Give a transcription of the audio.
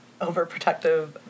overprotective